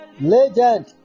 Legend